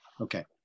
Okay